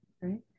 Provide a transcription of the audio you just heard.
right